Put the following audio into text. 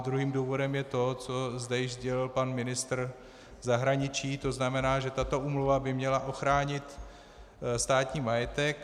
Druhým důvodem je to, co zde již sdělil pan ministr zahraničí, to znamená, že tato úmluva by měla ochránit státní majetek.